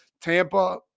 Tampa